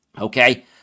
okay